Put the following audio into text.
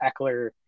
Eckler